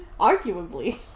arguably